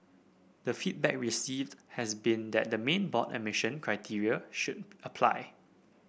the feedback received has been that the main board admission criteria should apply